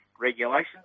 regulations